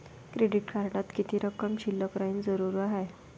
Credit कार्डात किती रक्कम शिल्लक राहानं जरुरी हाय?